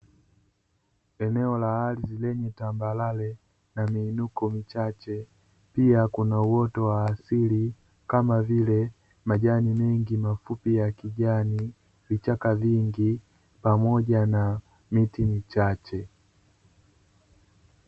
Eneo la ardhi lenye tambarare na miinuko michache pia kuna uoto wa asili kama vile majani mengi mafupi ya kijani, vichaka vingi pamoja na miti chache.